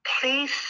Please